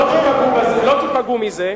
לא תיפגעו מזה.